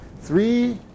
Three